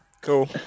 Cool